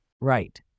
Right